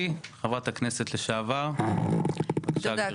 חברת הכנסת לשעבר גבי לסקי, בבקשה גברתי.